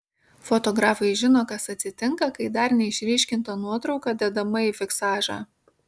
fotografai žino kas atsitinka kai dar neišryškinta nuotrauka dedama į fiksažą